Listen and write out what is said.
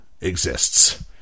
exists